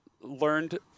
learned